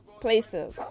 places